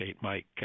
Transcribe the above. Mike